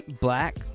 black